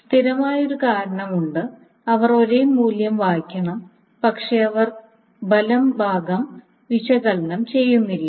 സ്ഥിരമായ ഒരു കാരണം ഉണ്ട് അവർ ഒരേ മൂല്യം വായിക്കണം പക്ഷേ അവർ ഫലം ഭാഗം വിശകലനം ചെയ്യുന്നില്ല